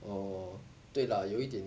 oh 我对 lah 有一点